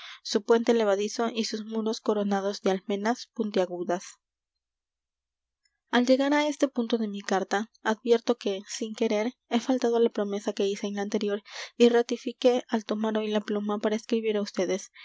su puente levadizo y sus muros coronados de almenas puntiagudas al llegar á este punto de mi carta advierto que sin querer he faltado á la promesa que hice en la anterior y ratifiqué al tomar hoy la pluma para escribir á ustedes